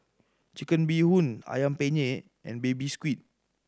Chicken Bee Hoon Ayam Penyet and Baby Squid